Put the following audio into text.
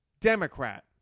Democrat